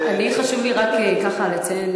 לי חשוב רק ככה לציין,